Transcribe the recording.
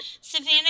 Savannah